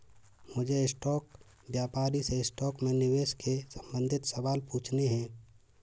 मुझे स्टॉक व्यापारी से स्टॉक में निवेश के संबंधित सवाल पूछने है